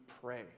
pray